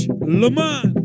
Lamont